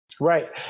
Right